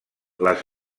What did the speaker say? les